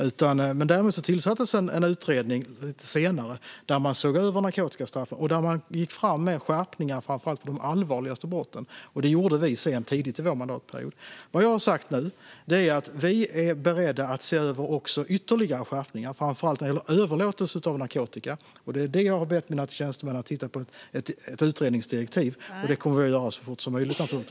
Lite senare tillsattes dock en utredning där man såg över narkotikastraffen och gick fram med skärpningar för framför allt de allvarligaste brotten. Detta gjorde vi sedan tidigt i vår mandatperiod. Vi är beredda att se över ytterligare skärpningar, framför allt vad gäller överlåtelse av narkotika. Detta har jag bett mina tjänstemän att titta på i ett utredningsdirektiv. Och det kommer givetvis att ske så fort som möjligt.